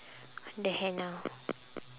the henna